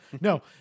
no